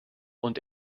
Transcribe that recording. und